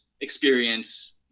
experience